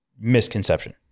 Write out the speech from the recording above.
misconception